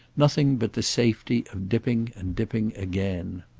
nothing but the safety of dipping and dipping again.